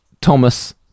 Thomas